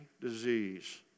disease